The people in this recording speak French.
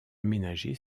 aménagée